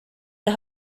las